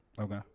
Okay